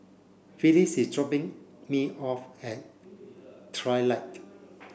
Felix is dropping me off at Trilight